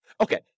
Okay